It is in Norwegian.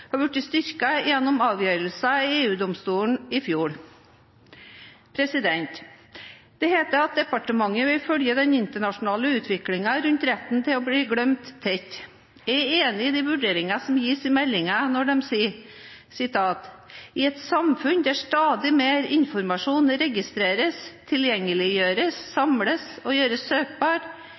blitt styrket gjennom avgjørelser i EU-domstolen i fjor. Det heter at departementet vil følge den internasjonale utviklingen rundt «retten til å bli glemt» tett. Jeg er enig i de vurderinger som gis i meldingen, når det sies: «I et samfunn der stadig mer informasjon registreres, tilgjengeliggjøres, samles og gjøres